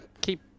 keep